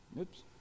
Oops